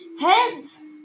Heads